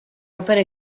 opere